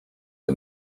and